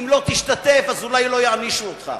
אם לא תשתתף אולי לא יענישו אותך.